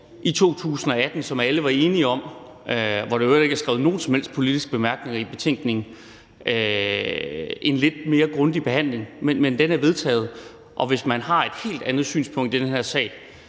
som vi alle var enige om, og hvor der i øvrigt ikke er skrevet nogen som helst politiske bemærkninger i betænkningen, en lidt grundigere behandling. Men lovforslaget er vedtaget. Og hvis man har et helt andet synspunkt i den her sag,